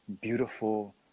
beautiful